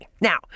Now